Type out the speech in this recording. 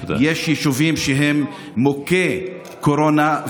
יש יישובים שהם מוכי קורונה,